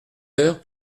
heures